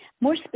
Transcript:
More